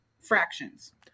fractions